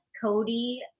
Cody